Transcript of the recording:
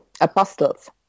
apostles